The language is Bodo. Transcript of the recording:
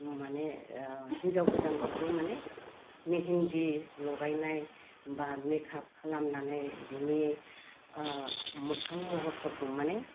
माने हिन्जाव गोदानखौबो माने मेहेन्दी लगायनाय बा मेकाप खालामनानै बिनि मोखां महरफोरखौ माने